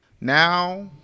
Now